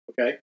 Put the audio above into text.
okay